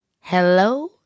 Hello